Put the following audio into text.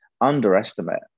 underestimate